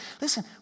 Listen